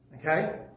Okay